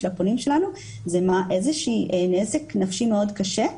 של הפונים שלנו זה גורם לאיזה שהוא נזק נפשי מאוד קשה,